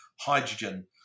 hydrogen